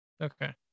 okay